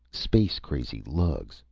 space crazy lugs.